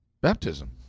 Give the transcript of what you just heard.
Baptism